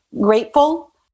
grateful